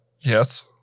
Yes